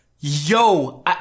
Yo